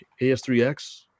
AS3X